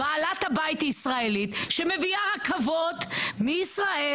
בעלת הבית היא ישראלית שמביאה רכבות מישראל